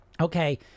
okay